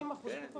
30% פחות.